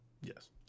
Yes